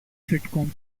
sitcom